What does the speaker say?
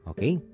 Okay